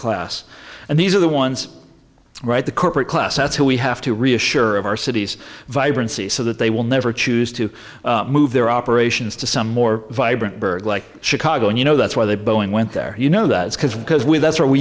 class and these are the ones right the corporate class that's who we have to reassure of our city's vibrancy so that they will never choose to move their operations to some more vibrant burg like chicago and you know that's why they boeing went there you know that's because because we that's where we